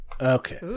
Okay